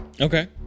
Okay